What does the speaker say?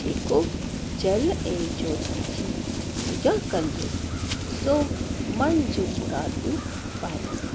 जेको जल ऐं जोती जी पूॼा कंदो सो मन जूं मुरादूं पाईंदो